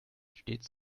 stets